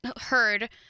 heard